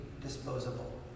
disposable